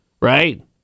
Right